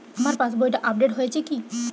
আমার পাশবইটা আপডেট হয়েছে কি?